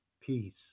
Peace